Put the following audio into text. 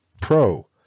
pro